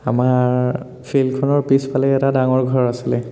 আমাৰ ফিল্ডখনৰ পিছফালেই এটা ডাঙৰ ঘৰ আছিলে